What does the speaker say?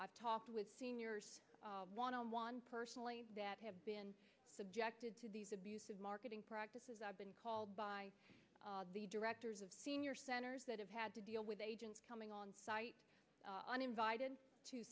talking with seniors one on one personally that have been subjected to these abusive marketing practices i've been called by the directors of senior centers that have had to deal with agents coming on site uninvited to